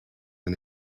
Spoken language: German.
man